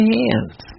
hands